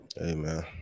Amen